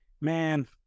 Man